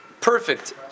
perfect